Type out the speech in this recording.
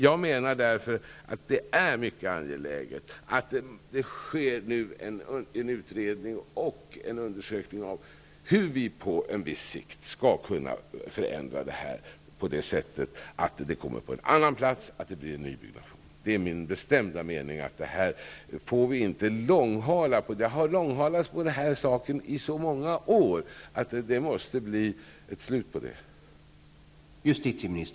Jag menar därför att det är mycket angeläget att en utredning sker och att man undersöker hur vi skall kunna förändra, så att vi får något annat och det blir en nybyggnation. Det är min bestämda mening att vi inte får långhala detta. Denna sak har långhalats i så många år. Det måste bli ett slut på det.